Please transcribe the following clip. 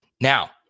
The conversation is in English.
Now